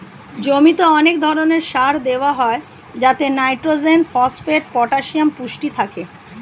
জমিতে অনেক ধরণের সার দেওয়া হয় যাতে নাইট্রোজেন, ফসফেট, পটাসিয়াম পুষ্টি থাকে